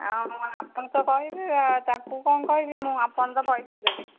ଅଁ ହଁ ଆପଣ ତ କହିବେ ଆ ତାଙ୍କୁ କ'ଣ କହିବି ମୁଁ ଆପଣ ତ ପଇସା ଦେବେ